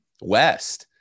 West